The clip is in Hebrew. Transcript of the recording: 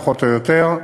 פחות או יותר,